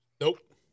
Nope